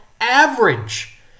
average